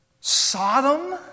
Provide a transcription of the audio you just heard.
Sodom